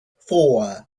four